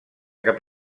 cap